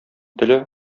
теле